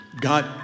God